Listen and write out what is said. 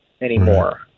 anymore